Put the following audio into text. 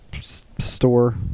store